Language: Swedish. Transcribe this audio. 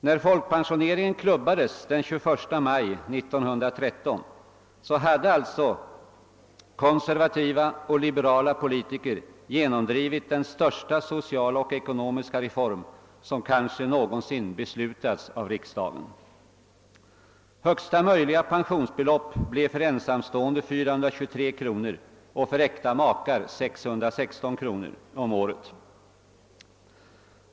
När = folkpensioneringen klubbades den 21 maj 1913 hade konservativa och liberala politiker genomdrivit den störs ta sociala och ekonomiska reform som kanske någonsin beslutats av riksdagen. Högsta möjliga pensionsbelopp blev för ensamstående 423 kronor och för äkta makar 616 kronor om året.